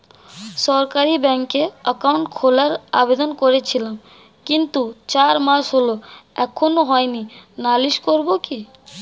সরকারি ব্যাংকে একাউন্ট খোলার আবেদন করেছিলাম কিন্তু চার মাস হল এখনো হয়নি নালিশ করব কি?